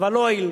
אבל לא הועיל.